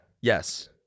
yes